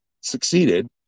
succeeded